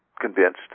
convinced